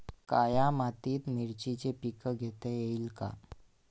काळ्या मातीत मिरचीचे पीक घेता येईल का?